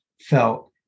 felt